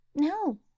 No